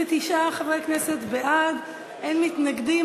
29 חברי כנסת בעד, אין מתנגדים.